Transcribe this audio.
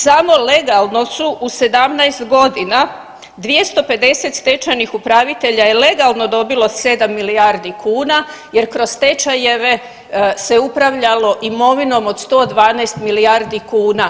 Samo legalno su u 17 godina 250 stečajnih upravitelja je legalno dobilo 7 milijardi kuna jer kroz stečajeve se upravljalo imovinom od 112 milijardi kuna.